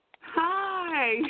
Hi